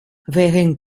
während